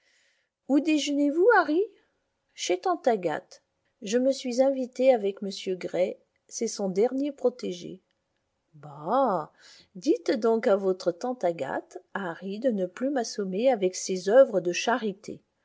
où déjeunez vous harry chez tante agathe je me suis invité avec m gray c'est son dernier protégé bah dites donc à votre tante agathe harry de ne plus m'assommer avec ses oeuvres de charité